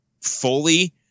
fully